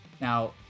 Now